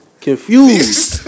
confused